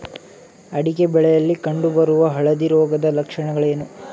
ಅಡಿಕೆ ಬೆಳೆಯಲ್ಲಿ ಕಂಡು ಬರುವ ಹಳದಿ ರೋಗದ ಲಕ್ಷಣಗಳೇನು?